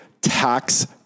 tax